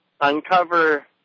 uncover